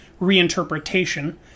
reinterpretation